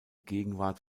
gegenwart